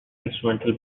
instrumental